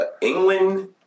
England